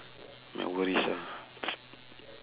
my worries ah